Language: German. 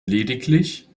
lediglich